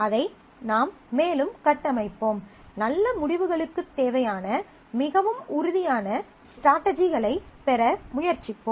அதை நாம் மேலும் கட்டமைப்போம் நல்ல முடிவுகளுக்குத் தேவையான மிகவும் உறுதியான ஸ்ட்ராட்டஜிகளைப் பெற முயற்சிப்போம்